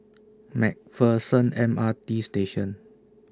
MacPherson M R T Station